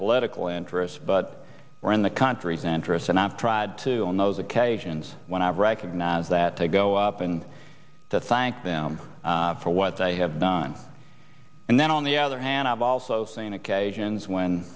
political interest but were in the country's interests and i've tried to in those occasions when i recognize that to go up and to thank them for what they have done and then on the other hand i've also seen